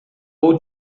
vou